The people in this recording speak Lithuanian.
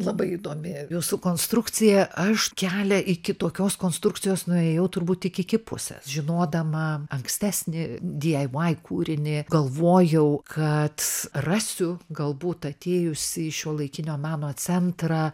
labai įdomi jūsų konstrukcija aš kelią iki tokios konstrukcijos nuėjau turbūt tik iki pusės žinodama ankstesnį di ei vai kūrinį galvojau kad rasiu galbūt atėjusi į šiuolaikinio meno centrą